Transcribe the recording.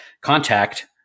contact